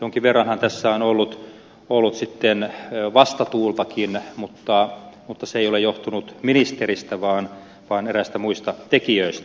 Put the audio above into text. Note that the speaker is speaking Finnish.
jonkin verranhan tässä on ollut vastatuultakin mutta se ei ole johtunut ministeristä vaan eräistä muista tekijöistä